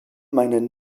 meinen